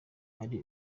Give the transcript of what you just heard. ari